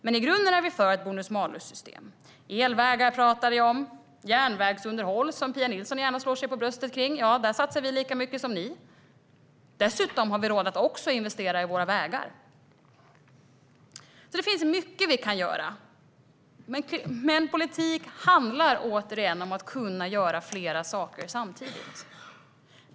Men i grunden är vi för ett bonus-malus-system. Jag pratade om elvägar. Pia Nilsson slår sig gärna för bröstet när det gäller järnvägsunderhåll. Där satsar vi lika mycket som ni. Dessutom har vi råd att investera i våra vägar. Det finns mycket vi kan göra. Men politik handlar återigen om att kunna göra flera saker samtidigt.